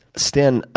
stan,